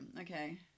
okay